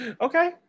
okay